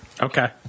Okay